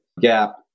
gap